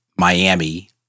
Miami